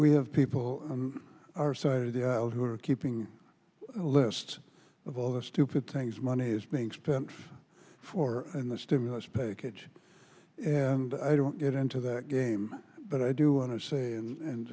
have people on our side of the aisle who are keeping a list of all the stupid things money is being spent for in the stimulus package and i don't get into that game but i do want to say and